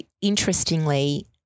interestingly